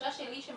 התחושה שלי שהם